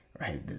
Right